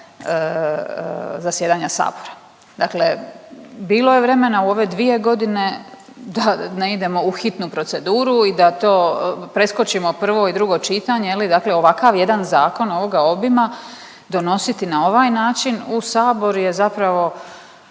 zasjedanja Sabora. Dakle bilo je vremena u ove dvije godine da ne idemo u hitnu proceduru i da to preskočimo prvo i drugo čitanje, dakle ovakav jedan zakon ovoga obima donositi na ovaj način u Sabor je zapravo,